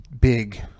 big